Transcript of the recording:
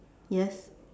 yes